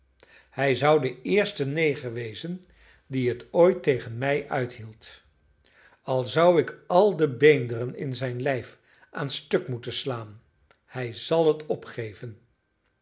hij zou de eerste neger wezen die het ooit tegen mij uithield al zou ik al de beenderen in zijn lijf aan stuk moeten slaan hij zal het opgeven